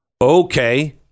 Okay